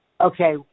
okay